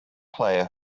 player